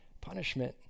punishment